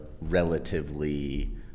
relatively